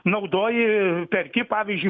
naudoji perki pavyzdžiui